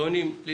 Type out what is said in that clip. טונים לי,